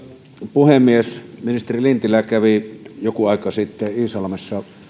puhemies ministeri lintilä kävi joku aika sitten iisalmessa